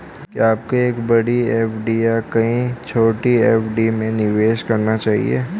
क्या आपको एक बड़ी एफ.डी या कई छोटी एफ.डी में निवेश करना चाहिए?